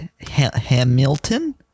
Hamilton